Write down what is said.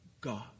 God